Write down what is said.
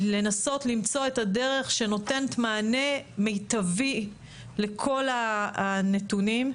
לנסות למצוא את הדרך שנותנת מענה מיטבי לכל הנתונים.